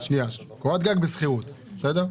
קורת גג בשכירות בסדר?